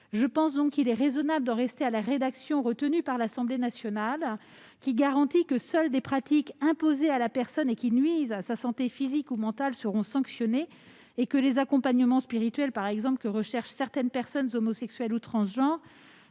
me paraît donc raisonnable d'en rester à la rédaction retenue par l'Assemblée nationale : celle-ci garantit que seules des pratiques imposées à la personne et qui nuisent à sa santé physique ou mentale seront sanctionnées et que les accompagnements spirituels que recherchent certaines personnes homosexuelles ou transgenres,